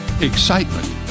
excitement